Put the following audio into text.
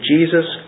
Jesus